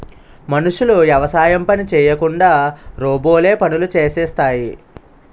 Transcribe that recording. మనుషులు యవసాయం పని చేయకుండా రోబోలే పనులు చేసేస్తాయి